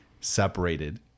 separated